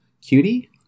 Cutie